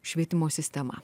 švietimo sistema